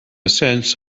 sense